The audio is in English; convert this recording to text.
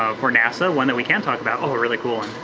for nasa. one that we can talk about, oh, a really cool